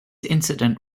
incident